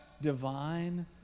Divine